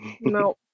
No